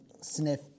sniff